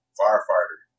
firefighter